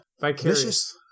vicious